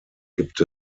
gibt